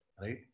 right